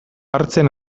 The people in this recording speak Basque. hartzen